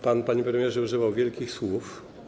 Pan, panie premierze, używał wielkich słów.